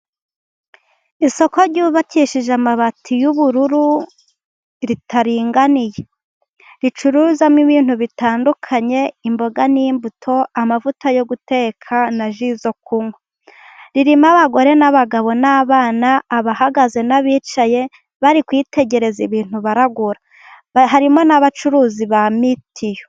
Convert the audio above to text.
Isoko ryubakishije amabati y'ubururu, ritaringaniye. Ricururizwamo ibintu bitandukanye. Imboga n'imbuto, amavuta yo guteka na ji zo kunywa, ririmo abagore n'abagabo n'abana, abahagaze n'abicaye. Bari kwitegereza ibintu baragura. Harimo n'abacuruzi ba mitiyu.